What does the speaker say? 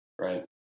Right